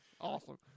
Awesome